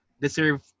deserve